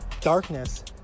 darkness